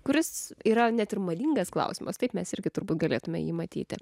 kuris yra ne tik madingas klausimas taip mes irgi turbūt galėtumėme jį matyti